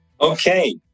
Okay